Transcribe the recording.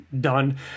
done